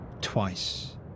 twice